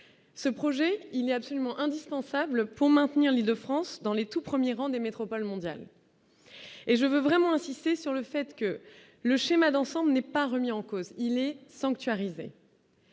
ce projet, il n'y a absolument indispensable pour maintenir l'Île-de-France dans les tout premiers rangs des métropoles mondiales et je veux vraiment insister sur le fait que le schéma d'ensemble n'est pas remis en cause, il est sanctuarisé.